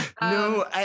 No